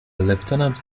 lieutenant